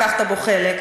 לקחת בו חלק,